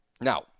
Now